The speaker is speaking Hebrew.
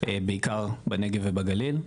בעיקר בנגב ובגליל,